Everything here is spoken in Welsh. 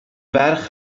ferch